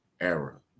era